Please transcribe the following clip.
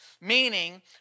Meaning